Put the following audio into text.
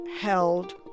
held